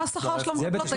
מה השכר של המטפלות?